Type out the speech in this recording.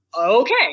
okay